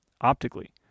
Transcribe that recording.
optically